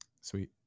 Sweet